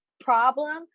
problem